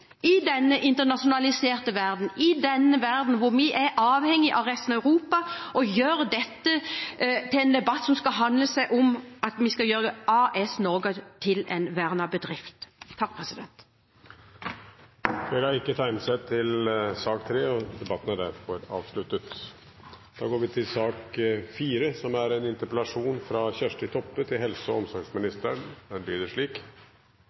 i denne internasjonaliserte verden – i denne verden hvor vi er avhengig av resten av Europa – aldri må gjøre dette til en debatt som skal handle om at vi skal gjøre AS Norge til en vernet bedrift. Flere har ikke bedt om ordet til sak nr. 3. Internasjonalt har det den seinare tida vorte eit auka fokus på mogleg feilbruk av ressursar, på tendensen til overdiagnostikk og